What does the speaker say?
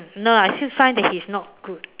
no I still find that this he's not good